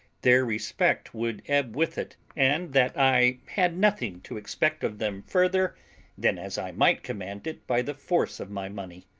their respect would ebb with it, and that i had nothing to expect of them further than as i might command it by the force of my money,